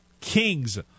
kings